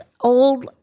old